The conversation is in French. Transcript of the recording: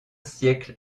siècle